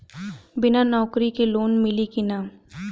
बिना नौकरी के लोन मिली कि ना?